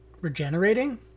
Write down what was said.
regenerating